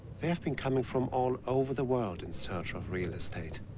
they have been coming from all over the world in search of real estate.